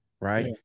right